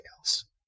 else